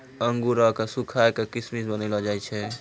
अंगूरो क सुखाय क किशमिश बनैलो जाय छै